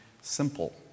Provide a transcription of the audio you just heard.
simple